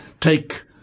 take